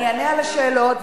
אני אענה על השאלות,